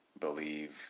believe